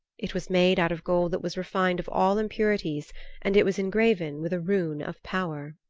it was made out of gold that was refined of all impurities and it was engraven with a rune of power.